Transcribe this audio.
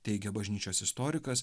teigia bažnyčios istorikas